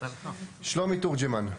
שלומי תורג'מן.